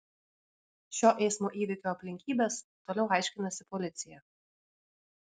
šio eismo įvykio aplinkybes toliau aiškinasi policija